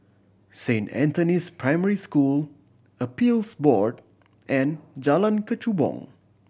Saint Anthony's Primary School Appeals Board and Jalan Kechubong